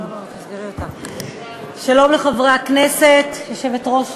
שלום לחברי הכנסת, יושבת-ראש